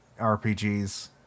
RPGs